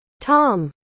Tom